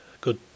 good